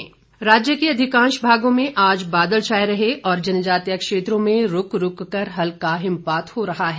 मौसम राज्य के अधिकांश भागों में आज बादल छाए रहे और जनजातीय क्षेत्रों में रूक रूक कर हल्का हिमपात हो रहा है